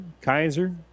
Kaiser